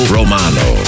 Romano